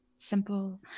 simple